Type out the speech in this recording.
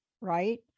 right